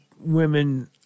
women